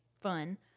fun